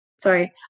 Sorry